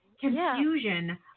confusion